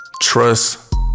trust